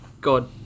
God